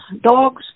Dogs